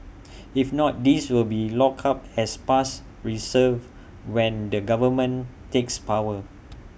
if not these will be locked up as past reserves when the government takes power